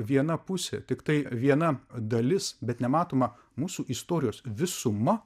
viena pusė tiktai viena dalis bet nematoma mūsų istorijos visuma